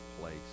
place